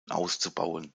auszubauen